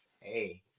Hey